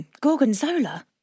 Gorgonzola